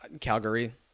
Calgary